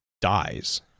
dies